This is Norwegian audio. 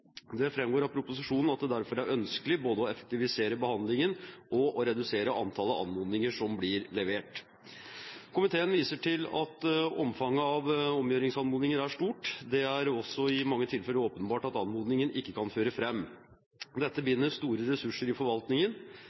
Det framgår av proposisjonen at det derfor er ønskelig både å effektivisere behandlingen og å redusere antallet anmodninger som blir levert. Komiteen viser til at omfanget av omgjøringsanmodninger er stort. Det er også i mange tilfeller åpenbart at anmodningen ikke kan føre fram. Dette binder store ressurser i